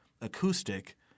acoustic